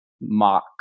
mock